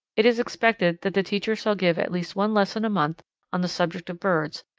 it is expected that the teacher shall give at least one lesson a month on the subject of birds,